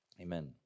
amen